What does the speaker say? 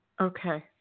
Okay